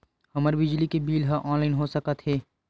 हमर बिजली के बिल ह ऑनलाइन हो सकत हे?